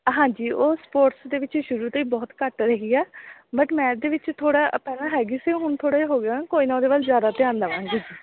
ਹਾਂਜੀ ਉਹ ਸਪੋਰਟਸ ਦੇ ਵਿੱਚ ਸ਼ੁਰੂ ਤੋਂ ਹੀ ਬਹੁਤ ਘੱਟ ਰਹੀ ਆ ਬਟ ਮੈਥ ਦੇ ਵਿੱਚ ਥੋੜ੍ਹਾ ਪਹਿਲਾਂ ਹੈਗੀ ਸੀ ਹੁਣ ਥੋੜ੍ਹਾ ਜਿਹਾ ਹੋ ਗਿਆ ਕੋਈ ਨਾ ਉਹਦੇ ਵੱਲ ਜ਼ਿਆਦਾ ਧਿਆਨ ਦੇਵਾਂਗੇ